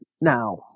Now